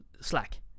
slack